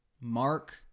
Mark